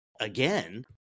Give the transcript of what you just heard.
again